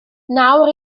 nawr